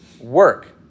work